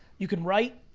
you can write,